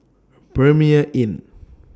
Premier Inn